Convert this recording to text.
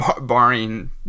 Barring